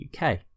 UK